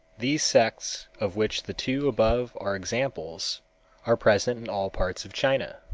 these sects of which the two above are examples are present in all parts of china.